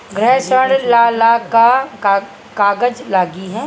गृह ऋण ला का का कागज लागी?